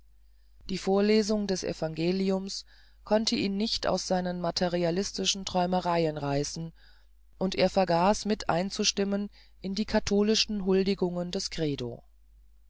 die vorlesung des evangeliums konnte ihn nicht aus seinen materialistischen träumereien reißen und er vergaß mit einzustimmen in die katholischen huldigungen des